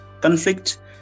conflict